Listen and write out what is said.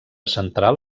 central